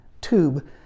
tube